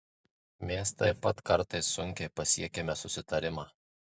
mes taip pat kartais sunkiai pasiekiame susitarimą